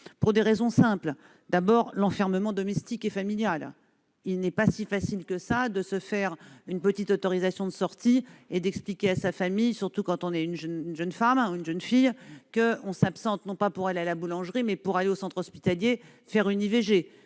pour des raisons simples. D'abord pour des raisons d'enfermement domestique et familial : il n'est pas si facile que ça de se faire une petite autorisation de sortie et d'expliquer à sa famille, surtout quand on est une jeune femme ou une jeune fille, que l'on s'absente non pas pour aller à la boulangerie, mais pour se rendre dans un centre hospitalier afin de